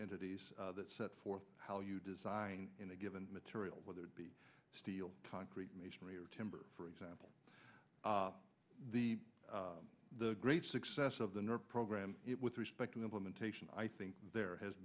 entities that set forth how you design in a given material whether it be steel concrete masonry or timber for example the the great success of the north program it with respect to implementation i think there has